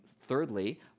thirdly